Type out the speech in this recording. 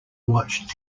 watched